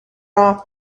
off